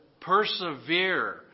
persevere